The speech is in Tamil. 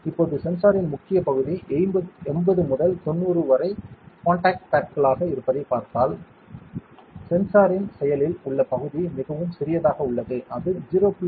இப்போது சென்சாரின் முக்கிய பகுதி 80 முதல் 90 வரை காண்டாக்ட் பேட்களாக இருப்பதைப் பார்த்தால் சென்சாரின் செயலில் உள்ள பகுதி மிகவும் சிறியதாக உள்ளது அது 0